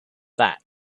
that